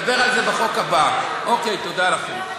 תודה לכם.